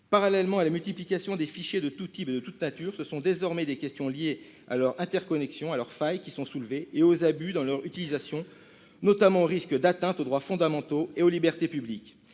Parallèlement à la multiplication des fichiers de tout type et de toute nature, ce sont désormais des questions liées à leur interconnexion et à leurs failles qui sont soulevées ainsi qu'aux abus dans leur utilisation, avec notamment des risques d'atteintes aux droits fondamentaux et aux libertés publiques.